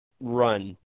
run